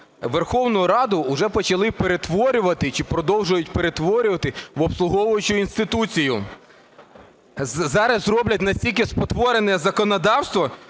Верховну Раду вже почали перетворювати чи продовжують перетворювати в обслуговуючу інституцію. Зараз роблять настільки спотворене законодавство,